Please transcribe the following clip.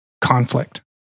conflict